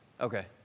Okay